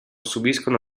subiscono